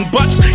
Butts